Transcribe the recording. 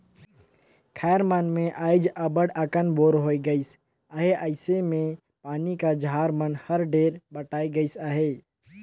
खाएर मन मे आएज अब्बड़ अकन बोर होए गइस अहे अइसे मे पानी का धार मन हर ढेरे बटाए गइस अहे